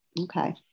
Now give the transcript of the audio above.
Okay